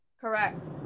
Correct